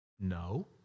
No